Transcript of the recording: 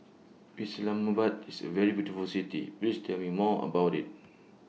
Islamabad IS A very beautiful City Please Tell Me More about IT